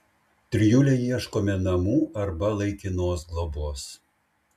trijulei ieškome namų arba laikinos globos